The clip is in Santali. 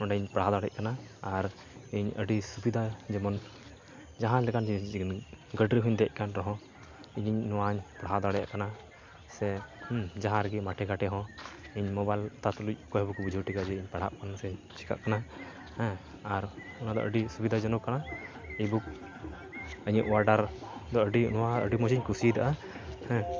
ᱚᱸᱰᱮᱧ ᱯᱟᱲᱦᱟᱣ ᱫᱟᱲᱮᱭᱟᱜ ᱠᱟᱱᱟ ᱟᱨ ᱤᱧ ᱟᱹᱰᱤ ᱥᱩᱵᱤᱫᱟ ᱡᱮᱢᱚᱱ ᱡᱟᱦᱟᱸᱞᱮᱠᱟᱱ ᱡᱤᱱᱤᱥᱜᱮ ᱜᱟᱹᱰᱤ ᱨᱮᱦᱚᱸᱧ ᱫᱮᱡᱠᱟᱱ ᱨᱮᱦᱚᱸ ᱤᱧᱤᱧ ᱱᱚᱣᱟᱧ ᱯᱟᱲᱦᱟᱣ ᱫᱟᱲᱟᱮᱭᱟᱜ ᱠᱟᱱᱟ ᱥᱮ ᱡᱟᱦᱟᱸ ᱨᱮᱜᱮ ᱢᱟᱴᱷᱮ ᱜᱷᱟᱴᱮ ᱦᱚᱸ ᱤᱧ ᱢᱳᱵᱟᱭᱮᱞ ᱚᱛᱟ ᱛᱩᱞᱩᱡ ᱚᱠᱚᱭᱦᱚᱸ ᱵᱟᱠᱚ ᱵᱩᱡᱷᱟᱹᱣ ᱴᱷᱤᱠᱟ ᱡᱮ ᱯᱟᱲᱦᱟᱜ ᱠᱟᱱᱟᱹᱧ ᱥᱮ ᱪᱮᱠᱟᱜ ᱠᱟᱱᱟ ᱟᱨ ᱚᱱᱟᱫᱚ ᱟᱹᱰᱤ ᱥᱩᱵᱤᱫᱟ ᱡᱚᱱᱚᱠ ᱠᱟᱱᱟ ᱤᱼᱵᱩᱠ ᱞᱟᱹᱜᱤᱫ ᱚᱣᱟᱰᱟᱨ ᱟᱹᱰᱤ ᱱᱚᱣᱟ ᱟᱹᱰᱤ ᱢᱚᱡᱤᱧ ᱠᱩᱥᱤᱭᱫᱟᱜᱼᱟ